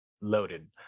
loaded